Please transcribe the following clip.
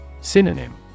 Synonym